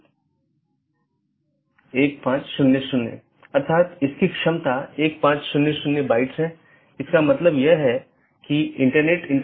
जो हम चर्चा कर रहे थे कि हमारे पास कई BGP राउटर हैं